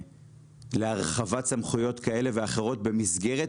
להרחבת סמכויות כאלה ואחרות במסגרת